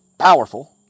Powerful